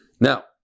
Now